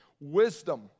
Wisdom